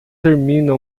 termina